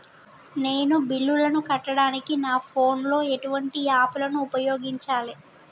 నేను బిల్లులను కట్టడానికి నా ఫోన్ లో ఎటువంటి యాప్ లను ఉపయోగించాలే?